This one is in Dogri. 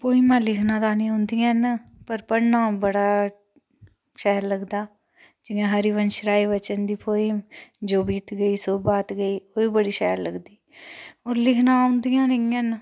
पोईमां लिखनां ते नीं आंदी ऐ न पर पढ़ना बढ़ा शैल लगदा जियां हरिवंश राय बच्चन दी पोईम जो बीत गई सौ बात गई ओह् बी बड़ी शैल लगदी ओह् लिखना औंदियां नीं ऐ